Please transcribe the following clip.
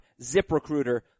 ZipRecruiter